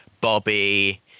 Bobby